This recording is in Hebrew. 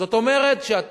זאת אומרת,